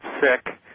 sick